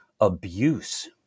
abuse